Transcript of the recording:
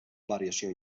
variació